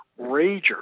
rager